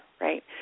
right